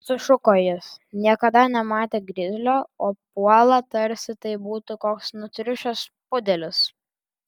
sušuko jis niekada nematė grizlio o puola tarsi tai būtų koks nutriušęs pudelis